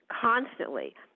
constantly